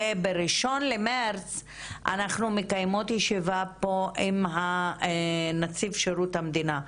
ב-1 במרס אנחנו מקיימות פה ישיבה עם נציב שירות המדינה.